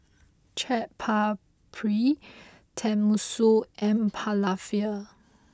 Chaat Papri Tenmusu and Falafel